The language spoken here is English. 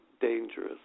dangerous